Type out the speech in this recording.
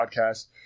podcast